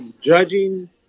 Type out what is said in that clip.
Judging